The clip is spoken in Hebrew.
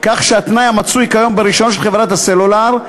כך שהתנאי המצוי כיום ברישיון של חברת הסלולר,